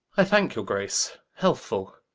i thanke your grace healthfull,